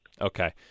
Okay